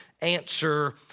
answer